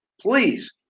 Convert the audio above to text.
please